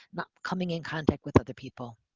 not coming in contact with other people.